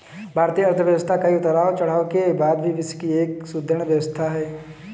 भारतीय अर्थव्यवस्था कई उतार चढ़ाव के बाद भी विश्व की एक सुदृढ़ व्यवस्था है